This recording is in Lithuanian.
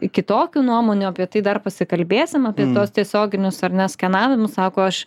kitokių nuomonių apie tai dar pasikalbėsim apie tuos tiesioginius ar ne skenavimus sako aš